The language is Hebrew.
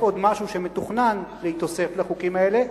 עוד משהו שמתוכנן להיווסף לחוקים האלה,